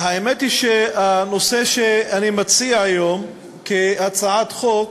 האמת היא שהנושא שאני מציע היום כהצעת חוק